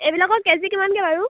এইবিলাকৰ কেজি কিমানকৈ বাৰু